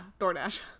DoorDash